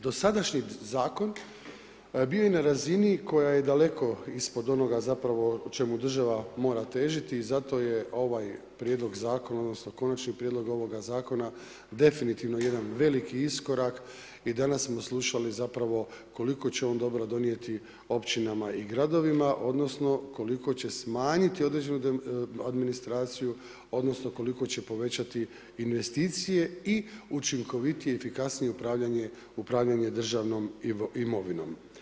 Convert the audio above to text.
Dosadašnji zakon bio je na razini koja je daleko ispod onoga zapravo o čemu država mora težiti i zato je ovaj prijedlog zakona, odnosno konačni prijedlog ovoga zakona definitivno jedan veliki iskorak i danas smo slušali zapravo koliko će on dobro donijeti općinama i gradovima, odnosno koliko će smanjiti određenu administraciju, odnosno koliko će povećati investicije i učinkovitije i efikasnije upravljanje državnom imovinom.